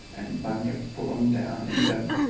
and bunyip pull um down an eat um!